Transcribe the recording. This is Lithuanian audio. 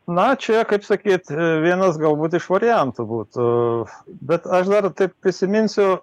na čia kaip sakyt vienas galbūt iš variantų būtų bet aš dar taip prisiminsiu